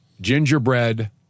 Gingerbread